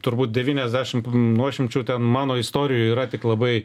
turbūt devyniasdešimt nu aš imčiau ten mano istorijų yra tik labai